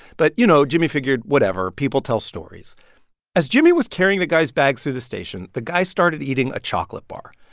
but, you know, jimmy figured, whatever people tell stories as jimmy was carrying the guy's bags through the station, the guy started eating a chocolate bar.